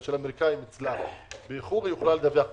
של אמריקאים אצלם באיחור, יכולה לדווח באיחור.